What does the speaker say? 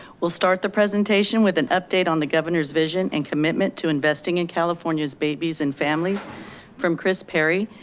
we'll start the presentation with an update on the governor's vision and commitment to investing in california's babies and families from kris perry,